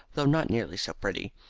though not nearly so pretty.